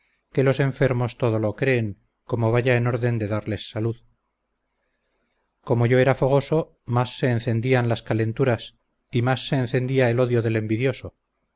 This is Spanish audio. que los enfermos todo lo creen como vaya en orden de darles salud como yo era fogoso más se encendían las calenturas y más se encendía el odio del envidioso